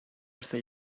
wrtha